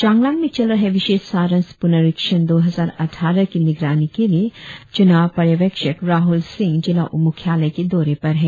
चांगलांग में चल रहे विशेष सारांश पुनरीक्षण दो हजार अट्ठारह की निगरानी के लिए चुनाव पर्यवेक्षक राहुल सिंह जिला मुख्यालय के दौरे पर है